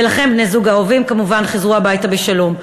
ולכם, בני-הזוג אהובים, כמובן, חזרו הביתה בשלום".